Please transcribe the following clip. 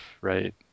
right